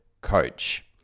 Coach